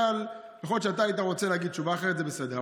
יכול להיות שהיית רוצה להגיד תשובה אחרת, זה בסדר.